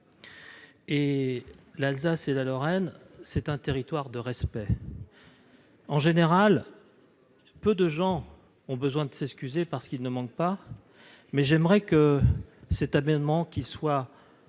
Et l'Alsace et la Lorraine, c'est un territoire de respect en général peu de gens ont besoin de s'excuser parce qu'il ne manquent pas, mais j'aimerais que cet avènement qui soit